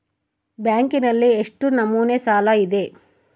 ಬ್ಯಾಂಕಿನಲ್ಲಿ ಎಷ್ಟು ನಮೂನೆ ಸಾಲ ಇದೆ?